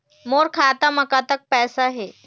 मोर खाता म कतक पैसा हे?